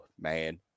man